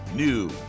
New